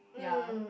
yea